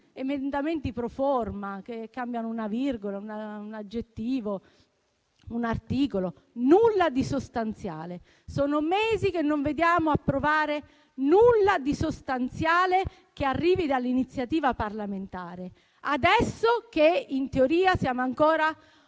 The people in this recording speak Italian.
emendamenti *pro forma* che cambiano una virgola, un aggettivo, un articolo, ma nulla di sostanziale. Sono mesi che non vediamo approvare nulla di sostanziale che arrivi dall'iniziativa parlamentare e questo accade